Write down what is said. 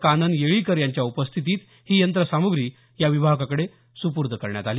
कानन येळीकर यांच्या उपस्थितीमधे ही यंत्रसामुग्री काल या विभागाकडे सुपूर्द करण्यात आली